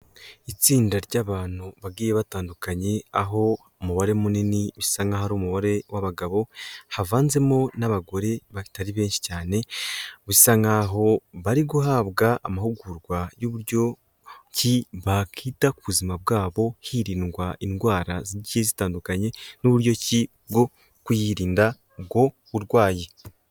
Itsinda ry'abantu bagiye batandukanye aho umubare munini usa nkaho ari umubare w'abagabo havanzemo n'abagore batari benshi cyane, bisa nkaho bari guhabwa amahugurwa y'uburyo ki bakwita ku buzima bwabo hirindwa indwara zigiye zitandukanye n'uburyo ki bwo kwirinda ubwo burwayi.